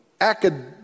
academic